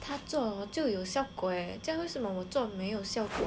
她做就有效果 eh 将为什么我做没有效果